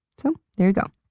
so, there you go.